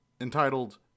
entitled